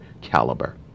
caliber